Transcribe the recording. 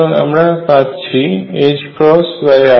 সুতরাং আমরা পাচ্ছি i ∂θ